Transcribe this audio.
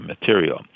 material